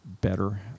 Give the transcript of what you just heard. better